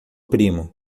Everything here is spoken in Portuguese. primo